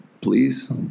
Please